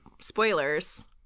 spoilers